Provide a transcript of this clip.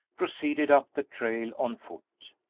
proceeded up the trail on foot.